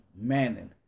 manning